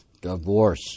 divorce